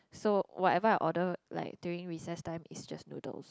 so whatever I ordered like during recess time it's just noodles